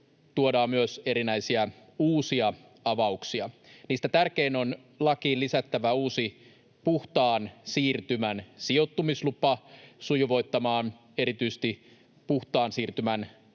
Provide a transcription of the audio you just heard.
tuodaan myös erinäisiä uusia avauksia. Niistä tärkein on lakiin lisättävä uusi puhtaan siirtymän sijoittamislupa sujuvoittamaan erityisesti puhtaan siirtymän